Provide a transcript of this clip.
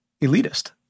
elitist